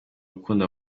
ukunda